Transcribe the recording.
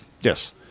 Yes